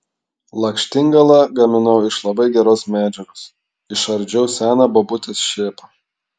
lakštingalą gaminau iš labai geros medžiagos išardžiau seną bobutės šėpą